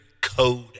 code